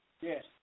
Yes